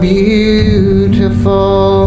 beautiful